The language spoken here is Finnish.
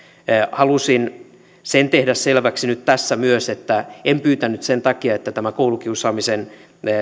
halusin sen tehdä selväksi nyt tässä myös että en pyytänyt niitä sen takia että tämä koulukiusaamisen